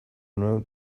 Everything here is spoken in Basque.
nuen